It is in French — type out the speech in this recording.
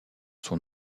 son